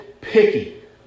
Picky